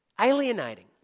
alienating